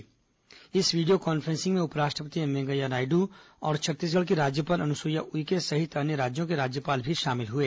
इस प्रशासकों से कोरोना वायरस से वीडियो कॉन्फ्रेंसिंग में उपराष्ट्रपति एम वेंकैया नायडू और छत्तीसगढ़ की राज्यपाल अनुसुईया उइके सहित अन्य राज्यों के राज्यपाल भी शामिल हुए